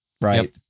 right